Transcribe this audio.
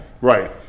right